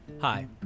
Hi